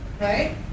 Right